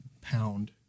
pound